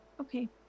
Okay